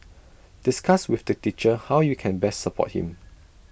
discuss with the teacher how you can best support him